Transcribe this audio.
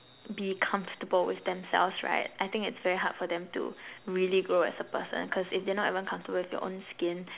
be comfortable with themselves right I think it's very hard for them to really grow as a person cause if they're not even comfortable with your own skin